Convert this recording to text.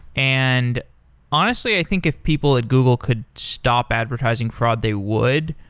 and honestly, i think if people at google could stop advertising fraud, they would.